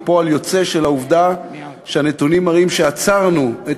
והיא פועל יוצא של העובדה שהנתונים מראים שעצרנו את